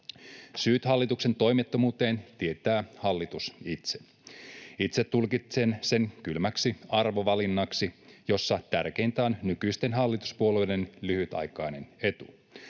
Syyt hallituksen toimettomuuteen tietää hallitus itse. Itse tulkitsen sen kylmäksi arvovalinnaksi, jossa tärkeintä on nykyisten hallituspuolueiden lyhytaikainen etu.